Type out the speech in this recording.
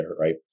right